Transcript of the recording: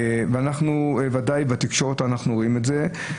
ודאי בתקשורת אנחנו רואים את זה.